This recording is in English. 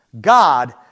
God